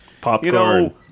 Popcorn